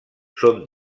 són